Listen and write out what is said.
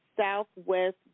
Southwest